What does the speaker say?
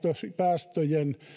ilmastopäästöjen